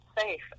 safe